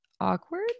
awkward